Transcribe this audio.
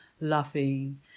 laughing